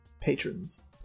patrons